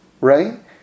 right